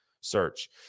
search